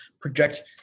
project